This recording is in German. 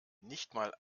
nichtmal